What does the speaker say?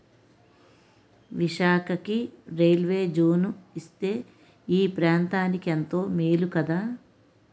విశాఖకి railway zone ఇస్తే ఈ ప్రాంతనికెంతో మేలు కదా